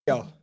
go